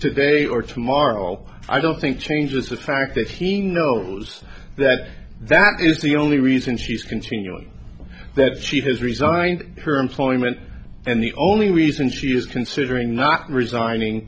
today or tomorrow i don't think changes the fact that he knows that that is the only reason she's continuing that she has resigned her employment and the only reason she's considering not resigning